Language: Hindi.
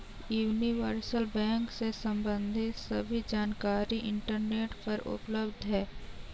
यूनिवर्सल बैंक से सम्बंधित सभी जानकारी इंटरनेट पर उपलब्ध है